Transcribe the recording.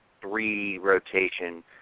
three-rotation